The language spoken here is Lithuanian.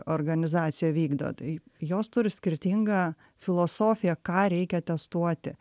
organizacija vykdo tai jos turi skirtingą filosofiją ką reikia testuoti